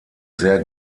sehr